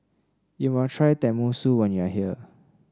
you must try Tenmusu when you are here